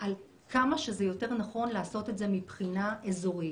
על כמה שזה יותר נכון לעשות את זה בצורה אזורית.